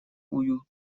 уюту